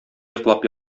йоклап